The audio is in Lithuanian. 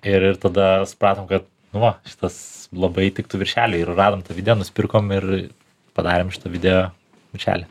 ir ir tada supratom kad nu va šitas labai tiktų viršeliui ir radom tą video nupirkom ir padarėm iš šito video viršelį